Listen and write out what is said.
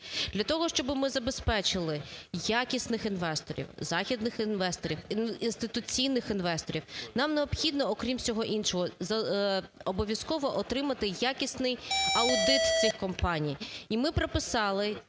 Для того, щоби ми забезпечили якісних інвесторів, західних інвесторів, інституційних інвесторів, нам необхідно окрім всього іншого обов'язково отримати якісний аудит цих компаній.